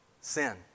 Sin